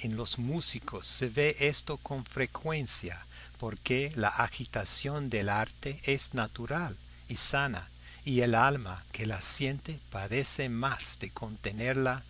en los músicos se ve esto con frecuencia porque la agitación del arte es natural y sana y el alma que la siente padece más de contenerla